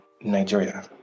Nigeria